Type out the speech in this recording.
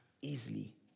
easily